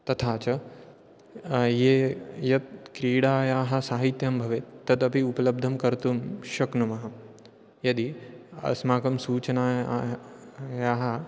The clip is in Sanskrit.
तथा च ये यत् क्रीडायाः साहित्यं भवेत् तदपि उपलब्धं कर्तुं शक्नुमः यदि अस्माकं सूचना याः